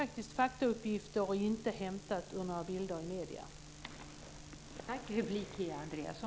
Detta är faktauppgifter som inte har hämtats ur några bilder i medierna.